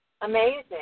Amazing